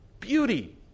Beauty